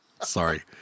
Sorry